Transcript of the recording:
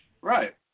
Right